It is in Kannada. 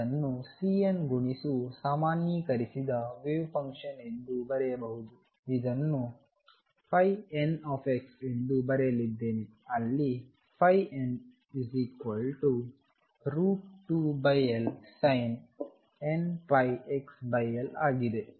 ಇದನ್ನು Cnಗುಣಿಸು ಸಾಮಾನ್ಯೀಕರಿಸಿದ ವೇವ್ ಫಂಕ್ಷನ್ ಎಂದು ಬರೆಯಬಹುದು ಇದನ್ನು n ಎಂದು ಬರೆಯುತ್ತೇನೆಅಲ್ಲಿ n2LsinnπxLಆಗಿದೆ